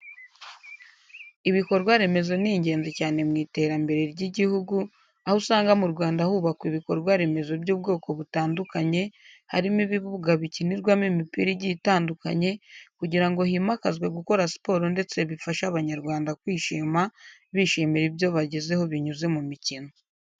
Ibikorwaremezo ni ingenzi cyane mu iterambere ry'Igihugu aho usanga mu Rwanda hubakwa ibikorwaremezo by'ubwoko butandukanye harimo ibibuga bikinirwaho imikino igiye itandukanye kugira ngo himakazwe gukora siporo ndetse bifashe abanyarwanda kwishima bishimira ibyo bagezeho binyuze mu mikino.